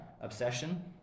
Obsession